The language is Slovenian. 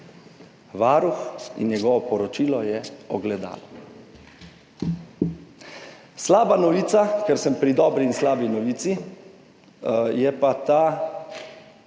Varuh in njegovo poročilo je ogledalo. Slaba novica, ker sem pri dobri in slabi novici, pa je